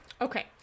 Okay